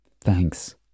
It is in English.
Thanks